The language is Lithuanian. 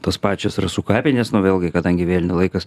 tos pačios rasų kapinės nu vėlgi kadangi vėlinių laikas